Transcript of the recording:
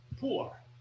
poor